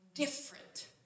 different